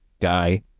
guy